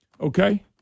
okay